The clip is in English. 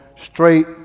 straight